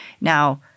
Now